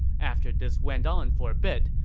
after this went on for a bit,